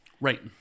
Right